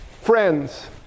friends